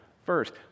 First